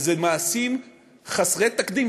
אלה מעשים חסרי תקדים,